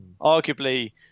arguably